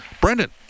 Brendan